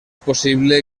possible